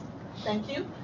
thank you.